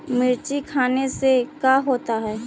मिर्ची खाने से का होता है?